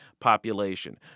population